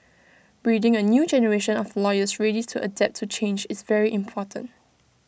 breeding A new generation of lawyers ready to adapt to change is very important